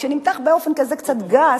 שנמתח באופן כזה קצת גס,